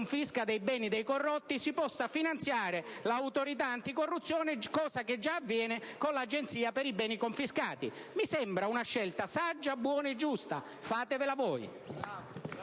confisca dei beni dei corrotti, si possa finanziare l'Autorità anticorruzione, cosa che già avviene con l'Agenzia per i beni confiscati. Mi sembra una scelta saggia, buona e giusta: fatevela voi!